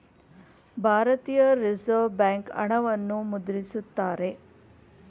ಭಾರತೀಯ Reserve Bank ಹಣವನ್ನು ಮುದ್ರಿಸುತ್ತಾರೆ